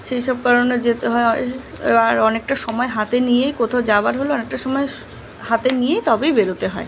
সেই সব কারণে যেতে হয় আর অনেকটা সমায় হাতে নিয়েই কোথাও যাওয়ার হলে অনেকটা সময় হাতে নিয়ে তবেই বেরোতে হয়